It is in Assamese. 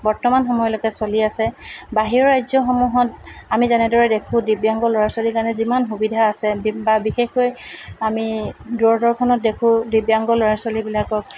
বৰ্তমান সময়লৈকে চলি আছে বাহিৰৰ ৰাজ্যসমূহত আমি যেনেদৰে দেখোঁ দিব্যাংগ ল'ৰা ছোৱালী কাৰণে যিমান সুবিধা আছে বি বা বিশেষকৈ আমি দূৰদৰ্শনত দেখো দিব্যাংগ ল'ৰা ছোৱালীবিলাকক